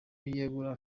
yegura